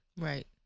right